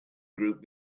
group